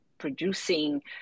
Producing